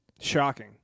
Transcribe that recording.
Shocking